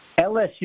LSU